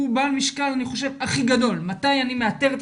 הוא בעל משקל הכי גדול מתי אני מאתר את